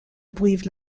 brive